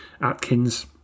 Atkins